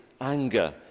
anger